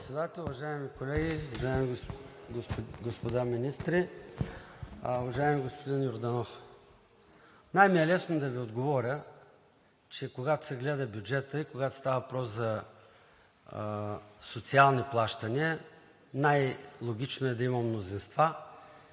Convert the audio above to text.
Председател, уважаеми колеги, уважаеми господа министри! Уважаеми господин Йорданов, най ми е лесно да Ви отговоря, че, когато се гледа бюджетът и когато става въпрос за социални плащания, най-логично е да има мнозинства